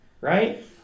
Right